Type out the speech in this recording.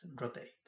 rotate